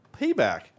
payback